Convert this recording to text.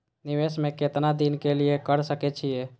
निवेश में केतना दिन के लिए कर सके छीय?